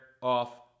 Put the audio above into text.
off